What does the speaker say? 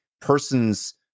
person's